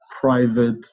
private